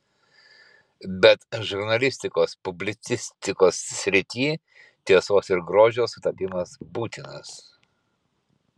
bet žurnalistikos publicistikos srityj tiesos ir grožio sutapimas būtinas